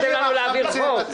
בדיוק, בדיוק --- לנו להעביר חוק.